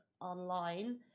online